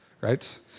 right